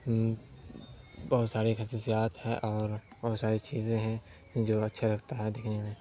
بہت ساری خصوصیات ہے اور بہت ساری چیزیں ہیں جو اچھا لگتا ہے دکھنے میں